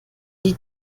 die